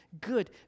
good